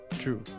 True